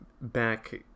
back